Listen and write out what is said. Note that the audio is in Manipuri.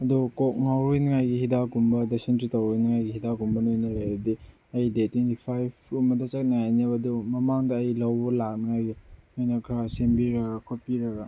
ꯑꯗꯣ ꯀꯣꯛ ꯉꯥꯎꯔꯣꯏꯅꯤꯡꯉꯥꯏꯒꯤ ꯍꯤꯗꯥꯛ ꯀꯨꯝꯕ ꯗꯥꯏꯁꯦꯟꯇ꯭ꯔꯤ ꯇꯧꯔꯣꯏꯅꯤꯡꯉꯥꯏꯒꯤ ꯍꯤꯗꯥꯛ ꯀꯨꯝꯕ ꯅꯣꯏꯅ ꯂꯩꯔꯗꯤ ꯑꯩ ꯗꯦꯠ ꯇ꯭ꯋꯦꯟꯇꯤ ꯐꯥꯏꯚ ꯀꯨꯝꯕꯗ ꯆꯠꯅꯤꯡꯉꯥꯏꯅꯦꯕ ꯑꯗꯨ ꯃꯃꯥꯡꯗ ꯑꯩ ꯂꯧꯕ ꯂꯥꯛꯅꯤꯡꯉꯥꯏꯒꯤ ꯅꯣꯏꯅ ꯈꯔ ꯁꯤꯟꯕꯤꯔꯒ ꯈꯣꯠꯄꯤꯔꯒ